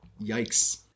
yikes